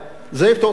זה יפתור את הבעיה,